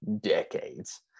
decades